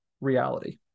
reality